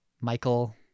Michael